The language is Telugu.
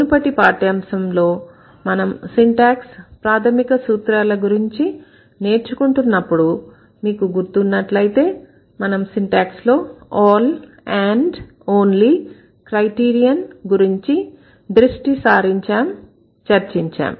మునుపటి పాఠ్యాంశంలో మనం సింటాక్స్ ప్రాథమిక సూత్రాల గురించి నేర్చుకుంటున్నప్పుడు మీకు గుర్తు ఉన్నట్లయితే మనం సింటాక్స్ లో 'all and only' ' all and only' criterion గురించి దృష్టి సారించాం చర్చించాం